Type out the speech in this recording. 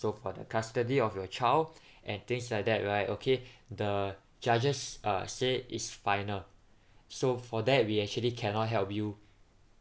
so for the custody of your child and things like that right okay the judges uh say it's final so for that we actually cannot help you